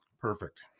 Perfect